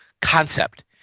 Concept